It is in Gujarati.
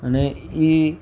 અને એ